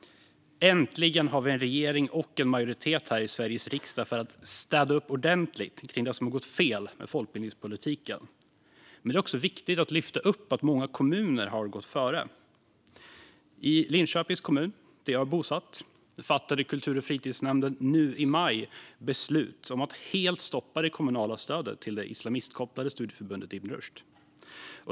Äntligen har vi en regering och en majoritet här i Sveriges riksdag som är för att städa upp ordentligt i det som gått fel med folkbildningspolitiken. Men det är också viktigt att lyfta upp att många kommuner har gått före. I Linköpings kommun, där jag är bosatt, fattade kultur och fritidsnämnden nu i maj beslut om att helt stoppa det kommunala stödet till det islamistkopplade studieförbundet Ibn Rushd.